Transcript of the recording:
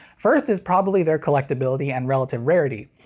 first is probably their collectability and relative rarity.